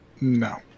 No